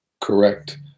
correct